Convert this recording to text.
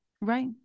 right